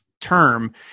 term